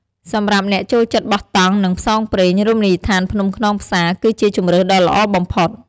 សម្រាប់អ្នកចូលចិត្តបោះតង់ និងផ្សងព្រេង រមណីយដ្ឋានភ្នំខ្នងផ្សារ គឺជាជម្រើសដ៏ល្អបំផុត។